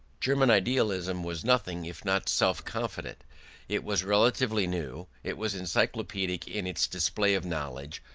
german idealism was nothing if not self-confident it was relatively new it was encyclopaedic in its display of knowledge,